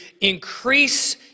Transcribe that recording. increase